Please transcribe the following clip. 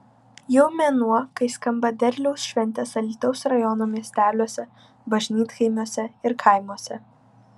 jau mėnuo kai skamba derliaus šventės alytaus rajono miesteliuose bažnytkaimiuose ir kaimuose